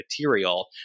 material